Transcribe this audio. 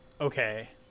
okay